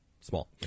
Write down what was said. small